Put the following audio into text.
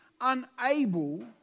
unable